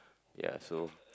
ya so